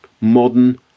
modern